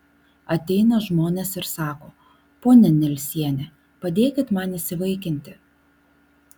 ateina žmonės ir sako ponia nelsiene padėkit man įsivaikinti